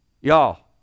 Y'all